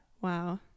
Wow